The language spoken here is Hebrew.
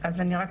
אז אני רק,